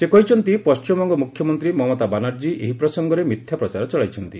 ସେ କହିଛନ୍ତି ପଣ୍ଟିମବଙ୍ଗ ମୁଖ୍ୟମନ୍ତ୍ରୀ ମମତା ବାନାର୍କୀ ଏହି ପ୍ରସଙ୍ଗରେ ମିଥ୍ୟା ପ୍ରଚାର ଚଳାଇଛନ୍ତି